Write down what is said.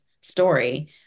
story